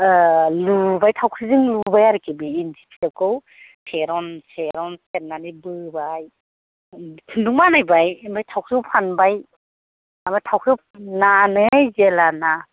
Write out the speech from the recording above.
लुबाय थावख्रिजों लुबाय आरोखि बे इन्दि फिथोबखौ सेर'न सेर'न सेरनानै बोबाय खुन्दुं बानायबाय ओमफ्राय थावख्रियाव फानबाय ओमफ्राय थावख्रियाव फाननानै जेब्लाना